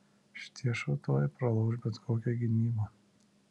šitie šautuvai pralauš bet kokią gynybą